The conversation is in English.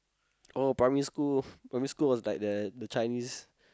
oh primary school primary was like like the Chinese